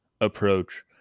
approach